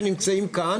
שנמצאים כאן.